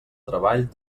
treball